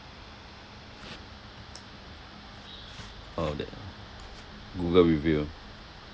orh the google review